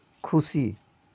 ᱠᱷᱩᱥᱤ